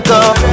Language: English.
up